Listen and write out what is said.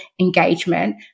engagement